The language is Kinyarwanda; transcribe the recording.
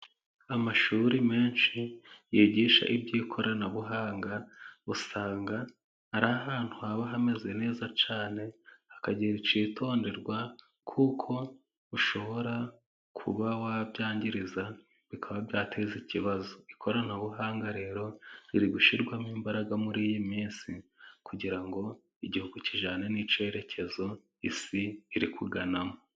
Amashuri menshi yigisha iby'ikoranabuhanga usanga ari ahantu haba hameze neza cyane, hakagira icyitonderwa kuko ushobora kuba wabyangiriza bikaba byateza ikibazo. Ikoranabuhanga rero riri gushyirwamo imbaraga muri iyi minsi kugira ngo igihugu kijyane n'icyerekezo Isi iri kuganamo.